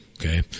okay